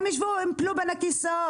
הם יפלו בין הכסאות.